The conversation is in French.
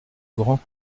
grand